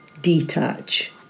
detach